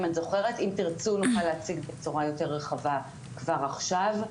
אם תרצו נוכל להציג בצורה יותר רחבה כבר עכשיו.